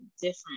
different